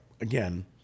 again